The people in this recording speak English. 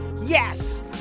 yes